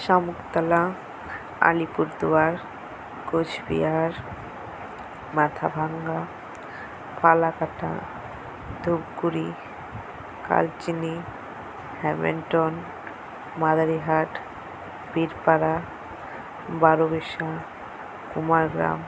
Shamuktala Alipurduar Cooch Behar Mathabhanga Kalakata Dhupguri Kalchini Hamilton Madarighat Birpara Barobisha Kumargram